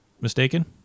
mistaken